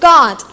God